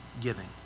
giving